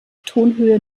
tonhöhe